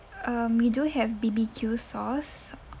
um we do have B_B_Q sauce